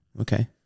okay